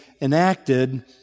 enacted